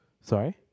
Sorry